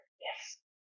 Yes